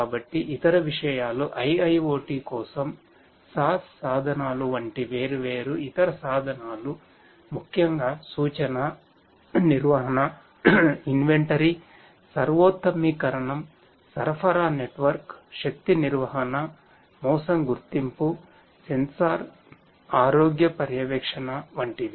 కాబట్టి ఇతర విషయాలు IIoT కోసం SaaS సాధనాలు వంటి వేర్వేరు ఇతర సాధనాలు ముఖ్యంగా సూచనా నిర్వహణ ఇన్వెంటరీ సర్వోత్తమీకరణం సరఫరా నెట్వర్క్ శక్తి నిర్వహణ మోసం గుర్తింపు సెన్సార్ ఆరోగ్య పర్యవేక్షణ వంటివి